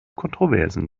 kontroversen